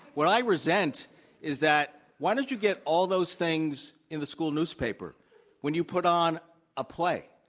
what i resent is that why don't you get all those things in the school newspaper when you put on a play?